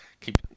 keep